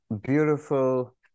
beautiful